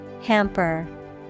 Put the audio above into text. Hamper